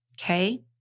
Okay